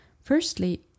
Firstly